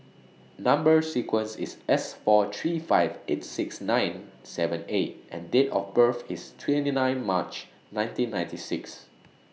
Number sequence IS S four three five eight six nine seven A and Date of birth IS twenty nine March nineteen ninety six